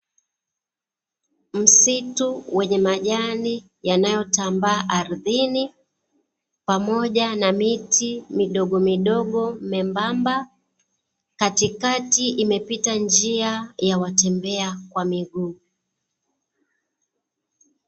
Msitu wenye majani yanayotambaa ardhini pamoja na miti midogomidogo membamba, katikati imepita njia ya watembea kwa miguu.